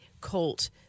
Colt